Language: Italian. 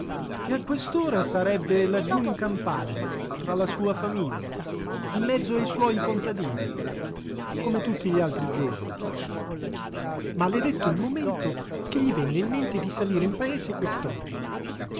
che a quest'ora sarebbe laggiù in campagna tra la sua famiglia in mezzo ai suoi contadini come tutti gli altri giorni maledetto il momento che gli venne in mente di salire in paese